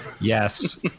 Yes